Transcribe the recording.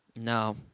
No